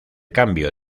cambio